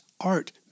art